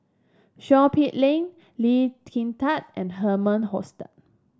Seow Peck Leng Lee Kin Tat and Herman Hochstadt